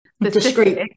discreet